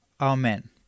Amen